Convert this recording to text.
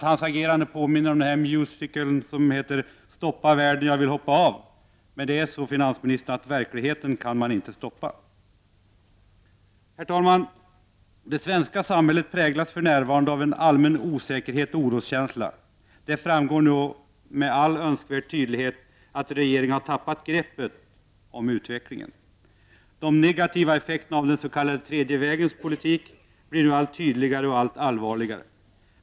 Hans agerande påminner mera om musikalen ”Stoppa världen — jag vill stiga av”. Men, finansministern, verkligheten kan man inte stoppa. Herr talman! Det svenska samhället präglas för närvarande av en allmän osäkerhet och oroskänsla. Det framgår nu med all önskvärd tydlighet att regeringen har tappat greppet om utvecklingen. De negativa effekterna av den s.k. tredje vägens politik blir nu allt tydligare och allt allvarligare.